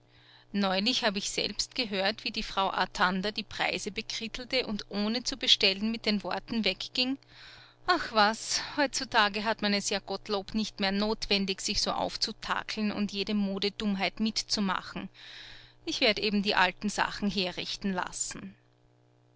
neulich habe ich selbst gehört wie die frau artander die preise bekrittelte und ohne zu bestellen mit den worten wegging ach was heutzutage hat man es ja gottlob nicht mehr notwendig sich so aufzutackeln und jede modedummheit mitzumachen ich werde eben die alten sachen herrichten lassen